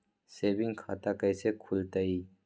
Saving खाता कैसे खुलतई?